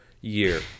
year